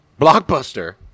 Blockbuster